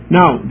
now